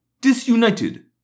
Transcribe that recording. disunited